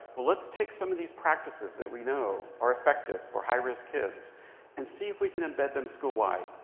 well, let's take some of these practices that we know are effective for high-risk kids and see if we can embed them schoolwide.